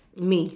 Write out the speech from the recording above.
me